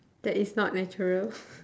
that is not natural